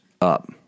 up